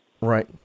Right